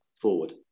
forward